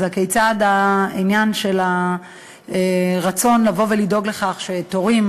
אז כיצד העניין של הרצון לבוא ולדאוג לכך שתורים